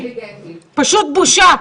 בושה.